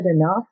enough